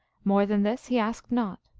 more than this he asked not.